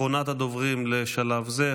אחרונת הדוברים בשלב זה,